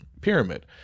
pyramid